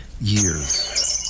years